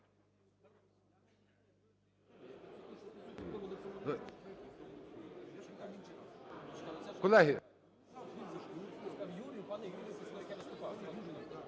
Дякую.